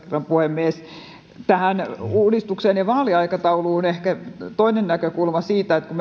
puhemies tähän uudistukseen ja vaaliaikatauluun ehkä toinen näkökulma siitä että kun